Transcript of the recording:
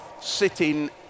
sitting